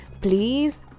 please